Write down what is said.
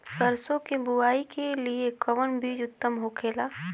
सरसो के बुआई के लिए कवन बिज उत्तम होखेला?